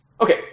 Okay